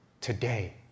today